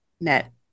net